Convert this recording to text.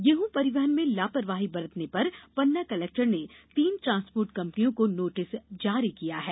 गेहं परिवहन में लापरवाही बरतने पर पन्ना कलेक्टर ने तीन ट्रांसपोर्ट कंपनियों को नोटिस जारी किया है